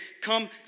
come